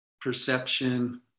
perception